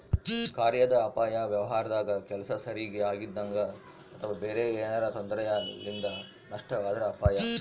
ಕಾರ್ಯಾದ ಅಪಾಯ ವ್ಯವಹಾರದಾಗ ಕೆಲ್ಸ ಸರಿಗಿ ಆಗದಂಗ ಅಥವಾ ಬೇರೆ ಏನಾರಾ ತೊಂದರೆಲಿಂದ ನಷ್ಟವಾದ್ರ ಅಪಾಯ